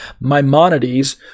Maimonides